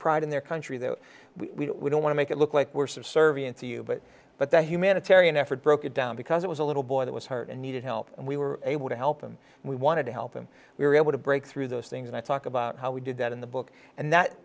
pride in their country that we don't want to make it look like we're subservient to you but but that humanitarian effort broke it down because it was a little boy that was hurt and needed help and we were able to help them and we wanted to help them we were able to break through those things and i talk about how we did that in the book and that